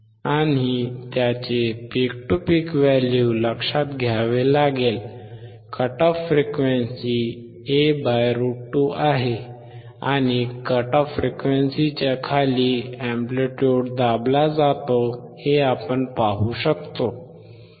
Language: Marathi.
आणि त्याचे पीक टू पीक व्हॅल्यू लक्षात घ्यावे लागेल कट ऑफ फ्रिक्वेंसी A√2 आहे आणि कट ऑफ फ्रिक्वेन्सीच्या खाली एंप्लिट्युड दाबला जातो हे आपण पाहू शकतो